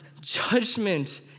judgment